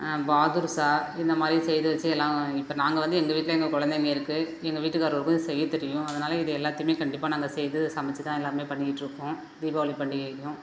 பாதுஷா இந்த மாதிரி செய்து வெச்சு எல்லாம் இப்போ நாங்கள் வந்து எங்கள் வீட்டில் எங்கள் கொழந்தைங்க இருக்குது எங்கள் வீட்டுக்காரருக்கும் இது செய்ய தெரியும் அதனால இது எல்லாத்தையுமே கண்டிப்பாக நாங்கள் செய்து சமைச்சு தான் எல்லாமே பண்ணிக்கிட்டுருக்கோம் தீபாவளி பண்டிகைக்கும்